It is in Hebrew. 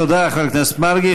תודה, חבר הכנסת מרגי.